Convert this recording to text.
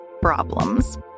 problems